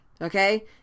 Okay